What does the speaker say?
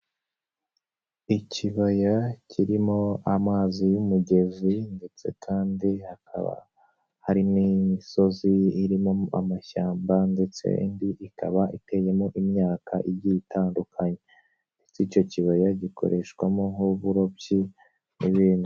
Ikibaya kirimo amazi y'umugezi ndetse kandi hakaba hari n'imisozi irimo amashyamba ndetse indi ikaba iteyemo imyaka igiye itandukanye ndetse icyo kibaya gikoreshwamo nk'uburobyi n'ibindi.